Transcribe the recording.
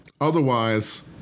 Otherwise